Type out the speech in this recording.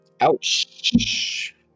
Ouch